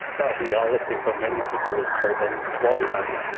that reality for many people is called unemployment.